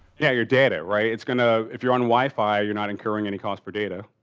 yeah, your data right it's gonna if you're on wi-fi, you're not incurring any cost for data.